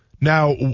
Now